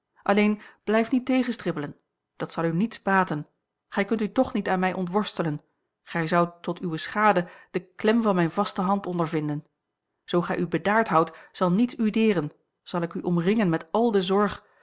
alleen blijf niet tegenstribbelen dat zal u niets baten gij kunt u toch niet aan mij ontworstelen en gij zoudt tot uwe schade de klem van mijne vaste hand ondervinden zoo gij u bedaard houdt zal niets u deren zal ik u omringen met al de zorg